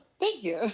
thank you.